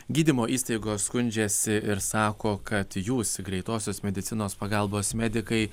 gydymo įstaigos skundžiasi ir sako kad jūs greitosios medicinos pagalbos medikai